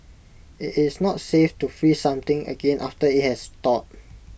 IT is not safe to freeze something again after IT has thawed